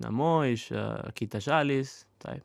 namo iš kitą šalys taip